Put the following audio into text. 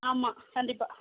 ஆமாம் கண்டிப்பாக